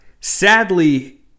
sadly